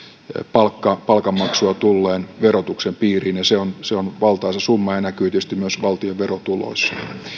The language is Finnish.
palkanmaksua tulleen verotuksen piiriin ja se on se on valtaisa summa ja näkyy tietysti myös valtion verotuloissa